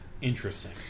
Interesting